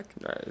Nice